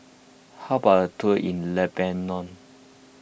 how about a tour in Lebanon